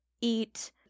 eat